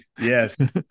Yes